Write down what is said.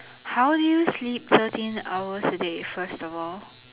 how do you sleep thirteen hours a day first of all